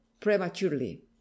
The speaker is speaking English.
prematurely